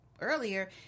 earlier